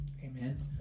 Amen